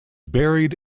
buried